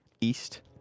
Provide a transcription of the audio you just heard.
east